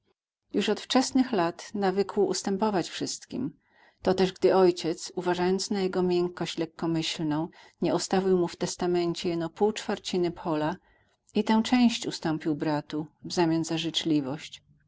już od wczesnych lat nawykł ustępować wszystkim toteż gdy ojciec uważając na jego miękkość lekkomyślną nie ostawił mu w testamencie jeno pół czwarciny pola i tę część ustąpił bratu w zamian za życzliwość